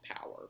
power